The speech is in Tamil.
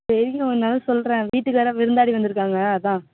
தெரியும் இருந்தாலும் சொல்கிறேன் வீட்டுக்கு வேறு விருந்தாடி வந்து இருக்காங்க அதான்